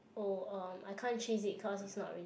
oh um I can't chase it cause it's not really